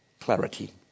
Clarity